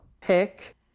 pick